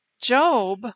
Job